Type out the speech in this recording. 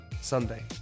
Sunday